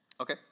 Okay